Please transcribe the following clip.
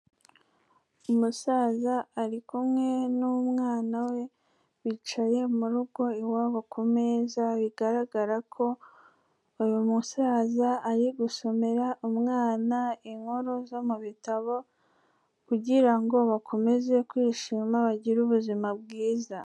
Umusaza ari kumwe n'umwana we bicaye mu rugo iwabo ku meza, bigaragara ko uyu musaza ari gusomera umwana inkuru zo mu bitabo kugira ngo bakomeze kwishima bagire ubuzima bwiza.